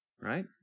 right